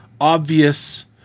obvious